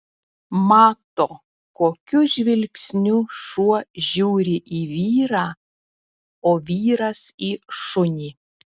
mato kokiu žvilgsniu šuo žiūri į vyrą o vyras į šunį